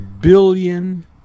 billion